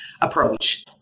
approach